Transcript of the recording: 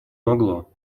могло